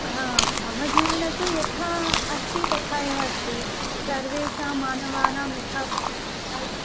हा मम जीवने तु यथा अस्ति तथा एव अस्ति सर्वेषां मानवानां यथा तथा एव